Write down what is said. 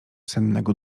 sennego